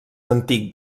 antic